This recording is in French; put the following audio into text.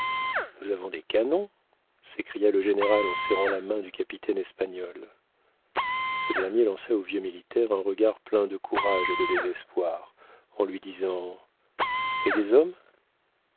nous avons des canons s'écria le général en serrant la main du capitaine espagnol ce dernier lança au vieux militaire un regard plein de courage et de désespoir en lui disant et des hommes